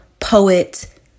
poet